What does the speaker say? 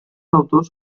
autors